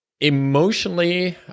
emotionally